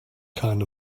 kind